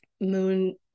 moon